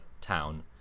town